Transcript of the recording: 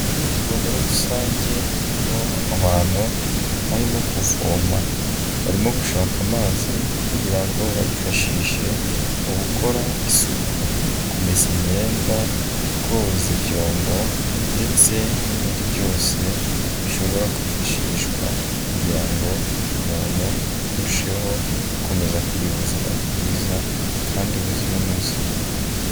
Ivomero rusange ririho abantu barimo kuvoma, barimo gushaka amazi kugira ngo bayifashishe mu gukora isuku, kumesa imyenda, koza ibyombo ndetse n'ibindi byose bishobora kwifashishwa kugira ngo umuntu arusheho gukomeza kugira ubuzima bwiza kandi buzira umuze.